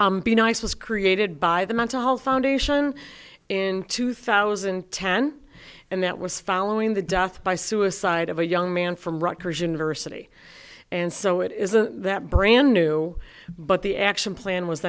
so be nice was created by the mental health foundation in two thousand and ten and that was following the death by suicide of a young man from rutgers university and so it isn't that brand new but the action plan was